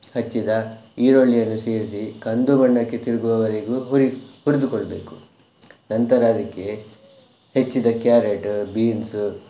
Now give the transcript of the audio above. ಹೆಚ್ಚಿದ ಈರುಳ್ಳಿಯನ್ನು ಸೇರಿಸಿ ಕಂದು ಬಣ್ಣಕ್ಕೆ ತಿರುಗುವವರೆಗೂ ಹುರಿ ಹುರಿದುಕೊಳ್ಳಬೇಕು ನಂತರ ಅದಕ್ಕೆ ಹೆಚ್ಚಿದ ಕ್ಯಾರೆಟ್ ಬೀನ್ಸ್